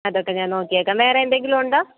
അതൊക്കെ ഞാൻ നോക്കിയേക്കാം വേറെ എന്തെങ്കിലും ഉണ്ടോ